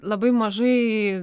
labai mažai